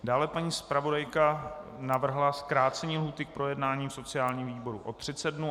Dále paní zpravodajka navrhla zkrácení lhůty k projednání sociálnímu výboru o 30 dnů.